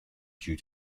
due